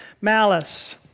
Malice